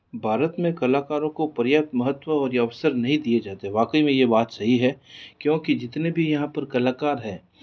भारत में कलाकारों को पर्याप्त महत्व और ये अवसर नहीं दिए जाते वाक़ई में ये बात सही है क्योंकि जितने भी यहाँ पर कलाकार है